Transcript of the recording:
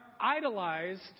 idolized